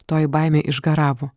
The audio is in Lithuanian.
toji baimė išgaravo